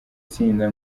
tsinda